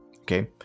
okay